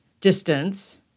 distance